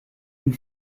and